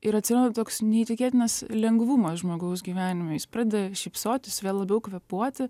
ir atsiranda toks neįtikėtinas lengvumas žmogaus gyvenime jis pradeda šypsotis vėl labiau kvėpuoti